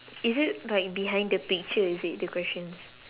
is it like behind the picture is it the questions